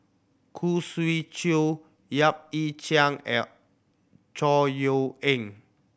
Khoo Swee Chiow Yap Ee Chian L Chor Yeok Eng